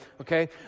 okay